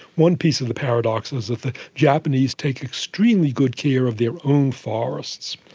one piece of the paradox is that the japanese take extremely good care of their own forests.